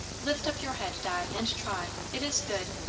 lift up your head, di, and try. it is good.